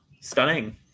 stunning